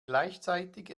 gleichzeitig